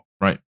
right